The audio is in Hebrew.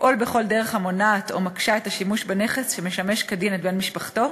לפעול בכל דרך המונעת או מקשה את השימוש בנכס שמשמש כדין את בן משפחתו,